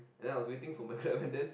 then I was waiting for my Grab and then